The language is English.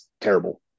terrible